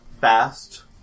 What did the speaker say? fast